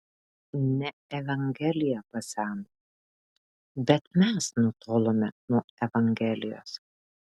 ne evangelija paseno bet mes nutolome nuo evangelijos